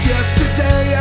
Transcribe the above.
Yesterday